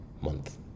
month